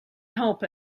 help